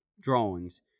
drawings